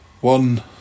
One